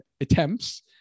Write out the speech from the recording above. attempts